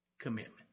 commitment